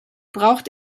braucht